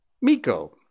Miko